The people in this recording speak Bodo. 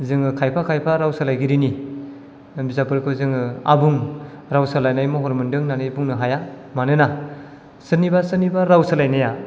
जोङो खायफा खायफा राव सोलायगिरिनि बिजाबफोरखौ जोङो आबुं राव सोलायनाय महर मोनदों होननानै बुंनो हाया मानोना सोरनिबा सोरनिबा राव सोलायनाया